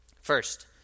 First